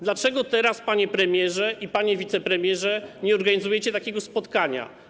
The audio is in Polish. Dlaczego teraz, panie premierze i panie wicepremierze, nie organizujecie takiego spotkania?